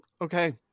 Okay